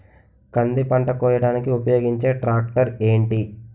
కంది పంట కోయడానికి ఉపయోగించే ట్రాక్టర్ ఏంటి?